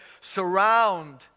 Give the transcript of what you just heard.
surround